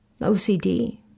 OCD